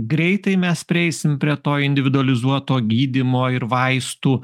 greitai mes prieisim prie to individualizuoto gydymo ir vaistų